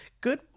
good